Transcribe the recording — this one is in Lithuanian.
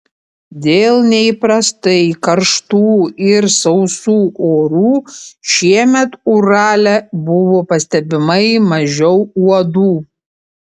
dėl neįprastai karštų ir sausų orų šiemet urale buvo pastebimai mažiau uodų